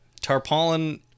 Tarpaulin